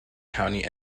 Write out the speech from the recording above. county